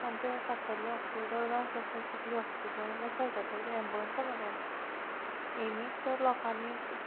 आमचें कास्तालें हॉस्पिटल जावं कसलें चिकली हॉस्पिटल एफेक्ट जाता कित्याक एम्बुलंसां लागोन हेमीत तर लोकांनी